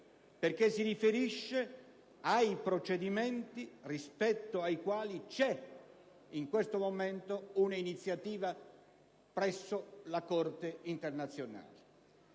perché si riferisce ai procedimenti rispetto ai quali c'è in questo momento un'iniziativa presso la Corte internazionale.